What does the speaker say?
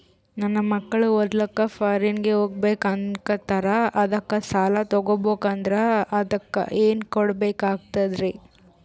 ನನ್ನ ಮಕ್ಕಳು ಓದ್ಲಕ್ಕ ಫಾರಿನ್ನಿಗೆ ಹೋಗ್ಬಕ ಅನ್ನಕತ್ತರ, ಅದಕ್ಕ ಸಾಲ ತೊಗೊಬಕಂದ್ರ ಅದಕ್ಕ ಏನ್ ಕೊಡಬೇಕಾಗ್ತದ್ರಿ?